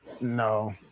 no